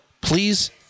Please